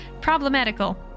problematical